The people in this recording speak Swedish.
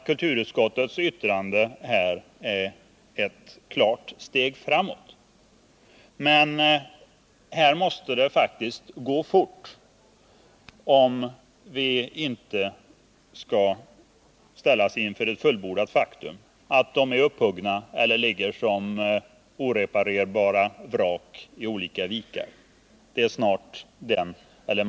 Kulturutskottets yttrande är ett klart steg framåt, men här måste det faktiskt gå fort om vi inte skall ställas inför fullbordat faktum att dessa kulturhistoriskt värdefulla fartyg är upphuggna eller ligger som oreparerbara vrak i olika vikar.